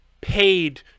paid